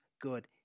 good